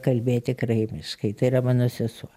kalbėti karaimiškai tai yra mano sesuo